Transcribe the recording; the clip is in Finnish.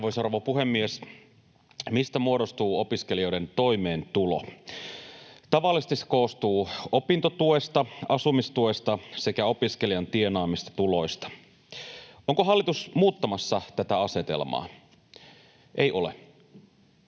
Arvoisa rouva puhemies! Mistä muodostuu opiskelijoiden toimeentulo? Tavallisesti se koostuu opintotuesta, asumistuesta sekä opiskelijan tienaamista tuloista. Onko hallitus muuttamassa tätä asetelmaa? Ei ole.